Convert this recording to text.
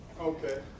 Okay